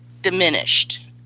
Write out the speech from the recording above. diminished